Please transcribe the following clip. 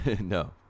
No